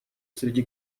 среди